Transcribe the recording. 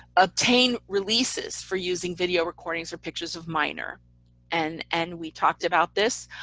obtain releases for using video recordings or pictures of minor and and we talked about this.